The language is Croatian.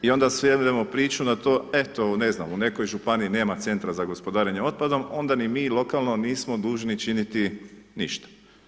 I onda svedemo priču na to eto, ne znam, u nekoj županiji nema Centra za gospodarenje otpadom, onda ni mi lokalno nismo dužni činiti ništa.